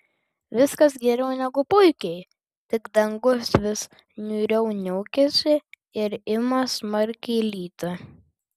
viskas geriau negu puikiai tik dangus vis niūriau niaukiasi ir ima smarkiai lyti